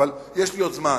אבל יש לי עוד זמן,